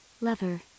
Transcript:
Lover